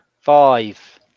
Five